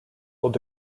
will